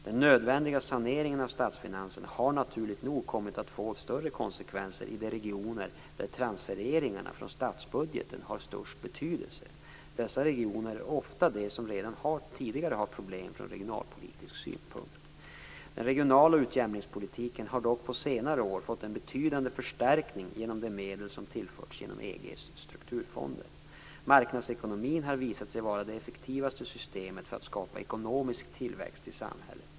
Den nödvändiga saneringen av statsfinanserna har naturligt nog kommit att få större konsekvenser i de regioner där transfereringarna från statsbudgeten har störst betydelse. Dessa regioner är ofta de som redan tidigare har problem från regionalpolitisk synpunkt. Den regionala utjämningspolitiken har dock på senare år fått en betydande förstärkning genom de medel som tillförts genom EG:s strukturfonder. Marknadsekonomin har visat sig vara det effektivaste systemet för att skapa ekonomisk tillväxt i samhället.